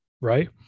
Right